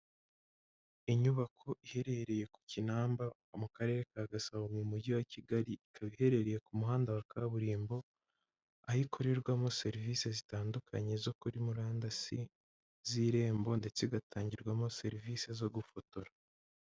Inyubako iherereye ku Kinamba mu Karere ka Gasabo mu mujyi wa Kigali, ikaba iherereye ku muhanda wa kaburimbo, aho ikorerwamo serivisi zitandukanye zo kuri murandasi z'Irembo ndetse igatangirwamo serivisi zo gufotora.